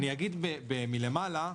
אגב במבט מלמעלה,